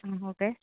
ആ ഓക്കെ